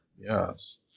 Yes